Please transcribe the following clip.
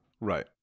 right